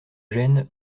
gêne